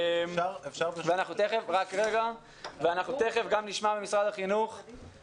אנחנו תכף נשמע גם ממשרד החינוך את